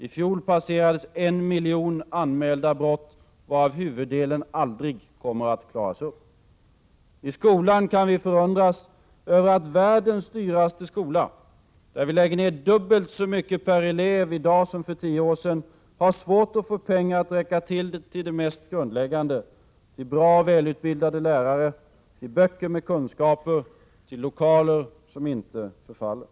I fjol passerades en miljon anmälda brott, varav huvuddelen aldrig kommer att klaras upp. I skolan kan vi förundras över att världens dyraste skola — där vi lägger ner dubbelt så mycket på varje elev i dag som för tio år sedan — har svårt att få pengarna att räcka till det mest grundläggande: bra och välutbildade lärare, böcker med kunskaper, lokaler som inte förfaller.